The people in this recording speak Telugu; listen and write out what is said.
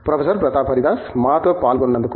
ప్రొఫెసర్ ప్రతాప్ హరిదాస్ మాతో పాలుగొన్నoదుకు